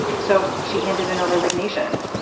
so she handed in her resignation.